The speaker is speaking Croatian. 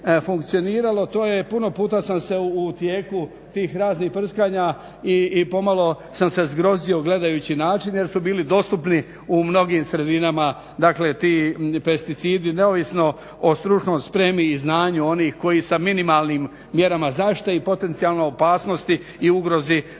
to je puno puta sam se u tijeku tih raznih prskanja i pomalo sam se zgrozio gledajući način je su bili dostupni u mnogim sredinama dakle ti pesticidi neovisno o stručnoj spremi i znanju onih koji sa minimalnim mjerama zaštite i potencijalno opasnosti i ugrozi